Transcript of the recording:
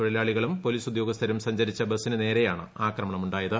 തൊഴിലാളികളും പോലീസ് ഉദ്യോഗസ്ഥരും സഞ്ചരിച്ച ബസിന് നേരെയാണ് ആക്രമണം ഉ ായത്